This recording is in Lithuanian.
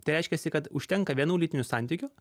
tai reiškiasi kad užtenka vienų lytinių santykių